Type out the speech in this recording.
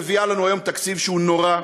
מביאה לנו היום תקציב שהוא נורא,